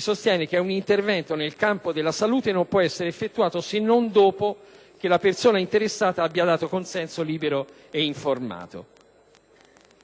sostiene che un intervento nel campo della salute non può essere effettuato se non dopo che la persona interessata abbia dato consenso libero e informato.